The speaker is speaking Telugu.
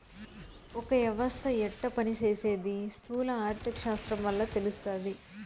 ఒక యవస్త యెట్ట పని సేసీది స్థూల ఆర్థిక శాస్త్రం వల్ల తెలస్తాది